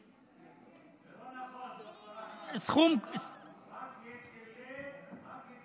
זה לא נכון, ד"ר אחמד, זה רק היטלי בנייה.